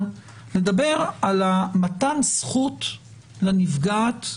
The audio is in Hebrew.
לדבר על מתן זכות לנפגעת,